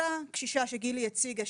אותה קשישה שגילי הציגה,